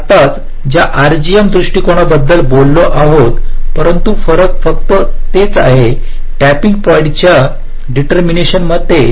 आपण आत्ताच ज्या आरजीएम दृष्टिकोनाबद्दल बोललो आहोत परंतु फरक फक्त तेच आहे टॅपिंग पॉईंट्सच्या डिटर्मिनेशन मध्ये